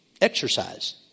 exercise